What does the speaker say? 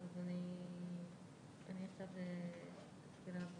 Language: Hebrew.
אני שומע הרבה חדשות.